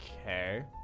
Okay